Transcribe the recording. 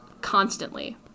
Constantly